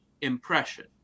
impression